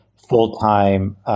full-time